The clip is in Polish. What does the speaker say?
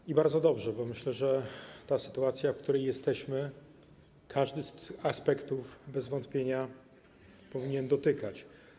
I bardzo dobrze, bo myślę, że tej sytuacji, w której jesteśmy, każdy z aspektów bez wątpienia powinien dotykać.